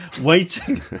waiting